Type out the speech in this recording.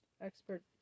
Expert